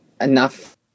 enough